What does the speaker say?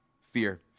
fear